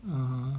(uh huh)